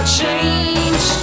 change